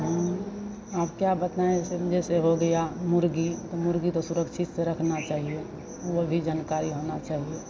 हम अब क्या बताएँ जैसे जैसे हो गया मुर्गी तो मुर्गी तो सुरक्षित से रखना चाहिए वह भी जानकारी होना चाहिए